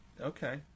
Okay